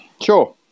Sure